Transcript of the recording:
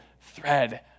thread